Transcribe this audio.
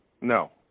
No